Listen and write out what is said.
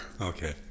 Okay